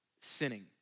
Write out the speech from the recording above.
sinning